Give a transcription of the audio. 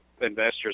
investors